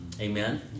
Amen